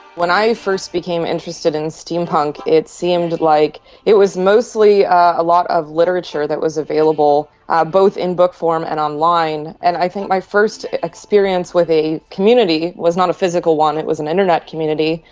when i first became interested in steampunk it seemed like it was mostly a lot of literature that was available both in book form and online, and i think my first experience with a community was not a physical one it was an internet community.